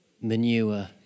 manure